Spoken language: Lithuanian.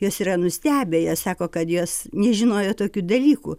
jos yra nustebę jie sako kad jos nežinojo tokių dalykų